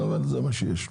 זה מה שיש.